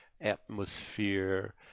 atmosphere